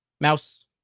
Mouse